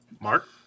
Mark